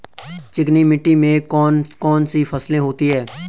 चिकनी मिट्टी में कौन कौन सी फसलें होती हैं?